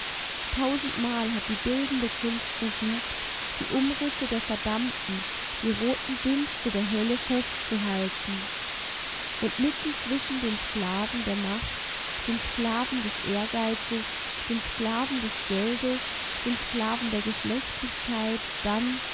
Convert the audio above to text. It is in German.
tausendmal hat die bildende kunst versucht die umrisse der verdammten die roten dünste der hölle festzuhalten und mitten zwischen den sklaven der macht den sklaven des ehrgeizes den sklaven des geldes den sklaven der geschlechtlichkeit dann